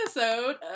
episode